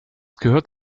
gehört